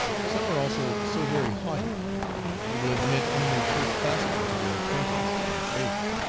some are also so very haughty they will admit only first classmen to their acquaintance and favor.